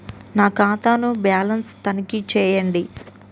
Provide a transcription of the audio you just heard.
నా ఖాతా ను బ్యాలన్స్ తనిఖీ చేయండి?